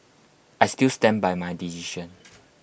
I still stand by my decision